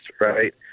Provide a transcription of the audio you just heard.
right